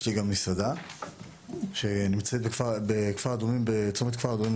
לי גם מסעדה שנמצאת בצומת כפר אדומים,